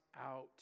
out